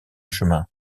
chemin